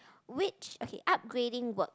which okay upgrading work